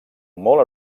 molt